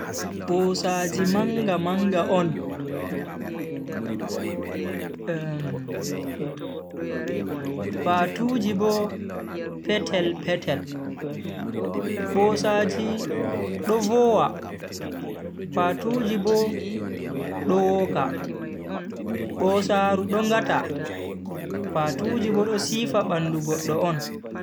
Bosaji manga-manga on, Patuuji bo petel-petel. Bosaaji do vowa, patuuji Bo do woka. bosaaru do ngata, patuuji Bo do siifa bandu goddo on.